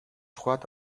what